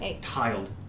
tiled